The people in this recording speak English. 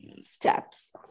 steps